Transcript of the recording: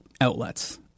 outlets